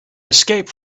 escape